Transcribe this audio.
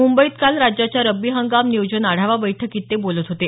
मुंबईत काल राज्याच्या रब्बी हंगाम नियोजन आढावा बैठकीत ते बोलत होते